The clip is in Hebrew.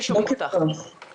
חברים שלי גם ישתפו.